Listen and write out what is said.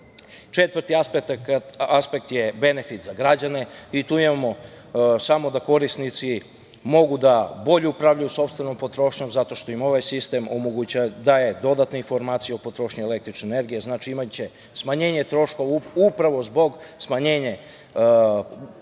godine. Četvrti aspekt je benefit za građane i tu imamo samo da korisnici mogu da bolje upravljaju sopstvenom potrošnjom zato što im ovaj sistem omogućava, daje dodatne informacije o potrošnji električne energije. Znači, imaće smanjenje troškova upravo zbog smanjenje potrošnje